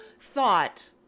thought